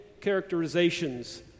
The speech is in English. characterizations